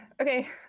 Okay